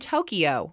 Tokyo